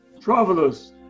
Travelers